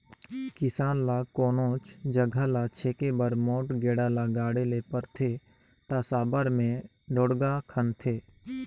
किसान ल कोनोच जगहा ल छेके बर मोट गेड़ा ल गाड़े ले परथे ता साबर मे ढोड़गा खनथे